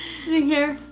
sitting here. oh,